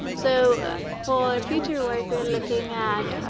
so for future work we're looking at